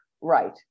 right